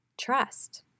trust